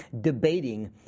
debating